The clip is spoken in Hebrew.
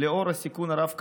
לנוכח הסיכון הרב,